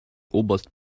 oberst